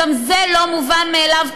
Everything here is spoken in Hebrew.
וגם זה לא מובן מאליו,